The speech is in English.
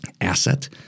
asset